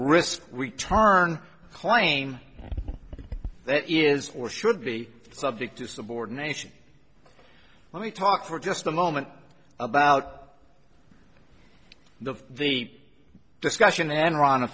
risk return claim that is or should be subject to subordination let me talk for just a moment about the the discussion enron a